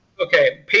okay